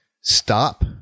stop